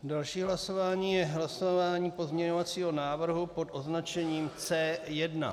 Další hlasování je hlasování pozměňovacího návrhu pod označením C1.